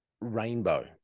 rainbow